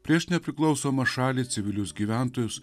prieš nepriklausomą šalį civilius gyventojus